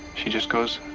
she just goes